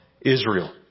Israel